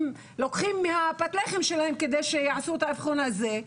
לוקחים מפת הלחם שלהם כדי שיעשו את האבחון הזה,